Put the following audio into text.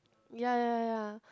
ya ya ya